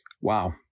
wow